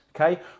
okay